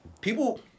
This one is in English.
People